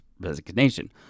resignation